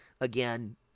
again